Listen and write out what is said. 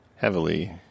heavily